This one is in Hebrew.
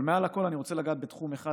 אבל מעל הכול אני רוצה לגעת בתחום אחד,